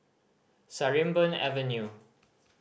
Sarimbun Avenue